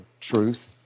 truth